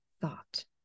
thought